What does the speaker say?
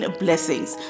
blessings